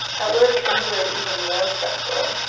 at work, things were even more stressful.